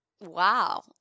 Wow